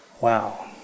Wow